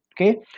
okay